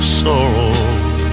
sorrow